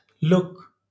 look